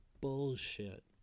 bullshit